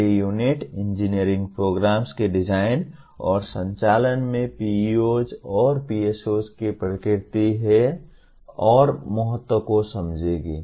अगली unit engineering programs के design और संचालन में PEOs और PSOs की प्रकृति और महत्व को समझेगी